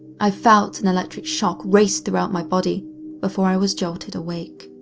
i felt an electric shock race throughout my body before i was jolted awake.